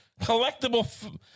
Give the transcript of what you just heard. collectible